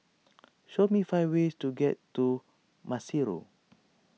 show me five ways to get to Maseru